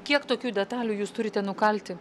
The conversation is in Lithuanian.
kiek tokių detalių jūs turite nukalti